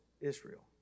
Israel